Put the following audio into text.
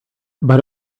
but